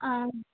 ஆ